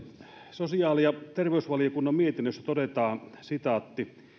sosiaali ja terveysvaliokunnan mietinnössä todetaan